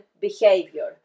behavior